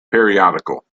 periodical